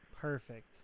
Perfect